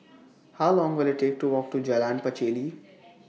How Long Will IT Take to Walk to Jalan Pacheli